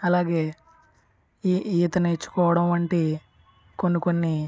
అలాగే ఈ ఈత నేర్చుకోవడం వంటి కొన్నికొన్ని